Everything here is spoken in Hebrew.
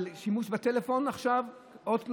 על שימוש בטלפון עכשיו, עוד קנסות,